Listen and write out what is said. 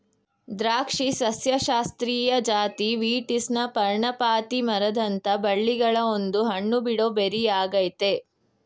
ದ್ರಾಕ್ಷಿ ಸಸ್ಯಶಾಸ್ತ್ರೀಯ ಜಾತಿ ವೀಟಿಸ್ನ ಪರ್ಣಪಾತಿ ಮರದಂಥ ಬಳ್ಳಿಗಳ ಒಂದು ಹಣ್ಣುಬಿಡೋ ಬೆರಿಯಾಗಯ್ತೆ